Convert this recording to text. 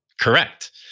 Correct